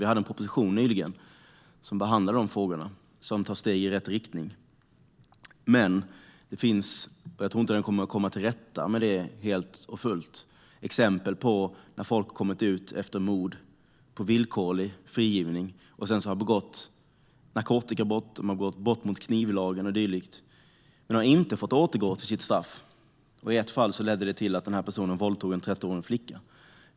Vi behandlade nyligen en proposition som tar steg i rätt riktning här, men jag tror inte att den kommer att komma till rätta med detta helt och fullt. Det finns exempel där folk har blivit villkorligt frigivna efter att ha dömts för mord och sedan har begått narkotikabrott, brott mot knivlagen och dylikt men ändå inte fått återgå till sitt straff. I ett fall våldtog den frigivna personen en 13-årig flicka.